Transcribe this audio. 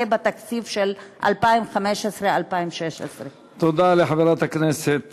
בתקציב של 2015 2016. תודה לחברת הכנסת